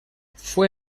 fue